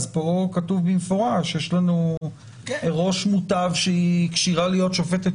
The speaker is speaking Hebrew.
פה כתוב במפורש שיש לנו ראש מותב שהיא כשירה להיות שופטת